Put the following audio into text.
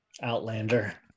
Outlander